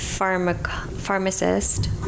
Pharmacist